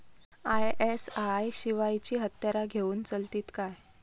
ISI शिवायची हत्यारा घेऊन चलतीत काय?